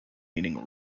meaning